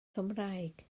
cymraeg